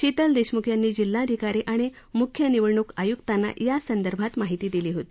शितल देशम्ख यांनी जिल्हाधिकारी आणि म्ख्य निवडणूक आय्क्तांना या संदर्भात माहिती दिली होती